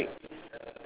ya correct